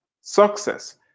Success